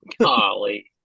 golly